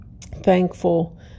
Thankful